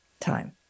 time